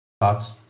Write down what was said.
thoughts